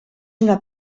una